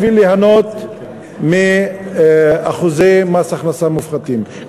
בשביל ליהנות מאחוזי מס הכנסה מופחתים,